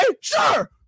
sure